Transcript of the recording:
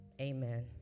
Amen